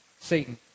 Satan